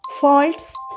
faults